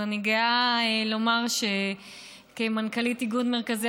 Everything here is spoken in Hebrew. אז אני גאה לומר שכמנכ"לית איגוד מרכזי